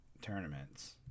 tournaments